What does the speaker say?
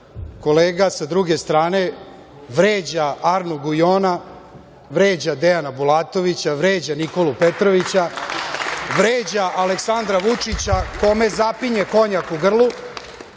kolega sa druge strane vređa Arne Gujona, vređa Dejana Bulatovića, vređa Nikolu Petrovića, vređa Aleksandra Vučića, kome zapinje konjak u grlu